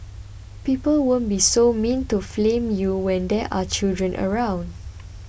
people won't be so mean to flame you when there are children around